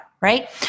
right